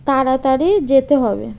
তাড়াতাড়ি যেতে হবে